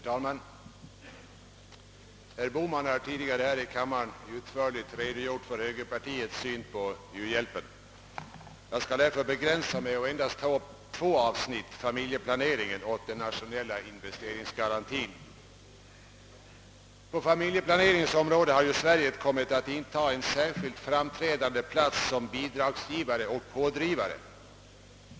Herr talman! Herr Bohman har tidigare i dag utförligt redogjort för högerpartiets syn på u-hjälpen. Jag skall därför begränsa mitt anförande och endast ta upp två avsnitt, familjeplaneringen och den nationella investeringsgarantin. På familjeplaneringens område har Sverige kommit att inta en särskilt framträdande plats som bidragsgivare och pådrivare.